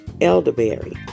elderberry